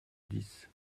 dix